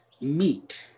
meet